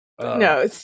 No